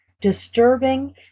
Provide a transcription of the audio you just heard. disturbing